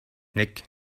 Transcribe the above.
nick